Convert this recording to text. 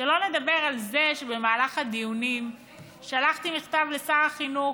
שלא לדבר על זה שבמהלך הדיונים שלחתי מכתב לשר החינוך,